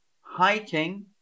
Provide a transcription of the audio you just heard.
hiking